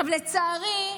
לצערי,